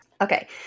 Okay